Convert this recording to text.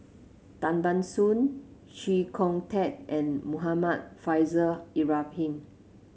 Tan Ban Soon Chee Kong Tet and Muhammad Faishal Ibrahim